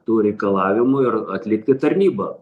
tų reikalavimų ir atlikti tarnybą